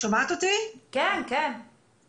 יש לי